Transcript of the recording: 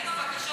האם הבקשות